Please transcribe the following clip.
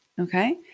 Okay